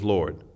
Lord